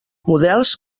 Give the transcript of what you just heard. models